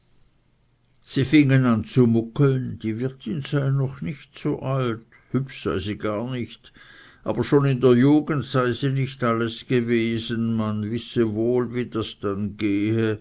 sie fingen an zu muckeln die wirtin sei noch nicht so alt hübsch sei sie gar nicht aber schon in der jugend sei sie nicht alles gewesen man wisse wohl wie das dann gehe